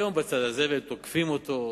היום, בצד הזה, והם תוקפים אותו.